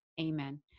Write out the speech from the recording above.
Amen